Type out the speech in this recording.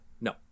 No